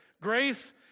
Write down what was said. Grace